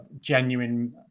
genuine